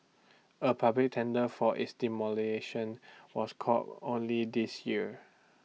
A public tender for its demolition was called only this year